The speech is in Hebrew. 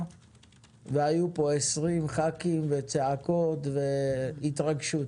והיו פה 20 חברי כנסת ונשמעו צעקות והייתה התרגשות.